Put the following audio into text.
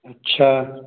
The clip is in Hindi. अच्छा